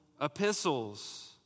epistles